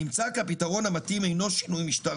נמצא כי הפתרון המתאים אינו שינוי משטר